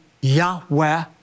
Yahweh